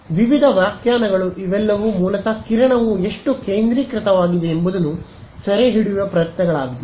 ವಿವಿಧ ವ್ಯಾಖ್ಯಾನಗಳು ಇವೆಲ್ಲವೂ ಮೂಲತಃ ಕಿರಣವು ಎಷ್ಟು ಕೇಂದ್ರೀಕೃತವಾಗಿದೆ ಎಂಬುದನ್ನು ಸೆರೆಹಿಡಿಯುವ ಪ್ರಯತ್ನಗಳಾಗಿವೆ